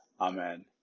Amen